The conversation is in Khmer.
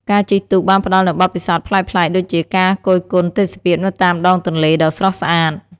ការជិះទូកបានផ្តល់នូវបទពិសោធន៍ប្លែកៗដូចជាការគយគន់ទេសភាពនៅតាមដងទន្លេដ៏ស្រស់ស្អាត។